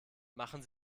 machen